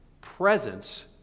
presence